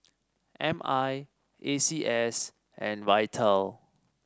M I A C S and Vital